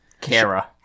Kara